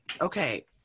Okay